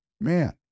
Man